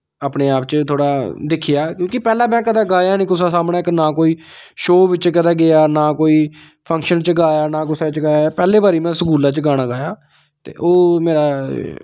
अपने आप च थोह्ड़ा दिक्खेआ क्योंकि पैह्लें में कदैं गाया निं कुसै सामनै नां कोई शो बिच्च कदैं गेआ नां कोई फंक्शन च गाया ना कुसै च गाया पैह्ली बारी में स्कूला च गाना गाया ते ओह् मेरा